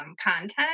content